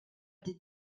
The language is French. des